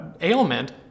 ailment